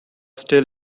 still